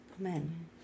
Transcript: Amen